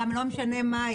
לא משנה מה,